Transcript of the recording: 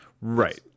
right